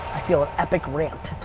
i feel an epic rant.